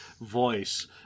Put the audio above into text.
voice